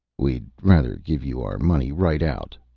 we'd rather give you our money right out,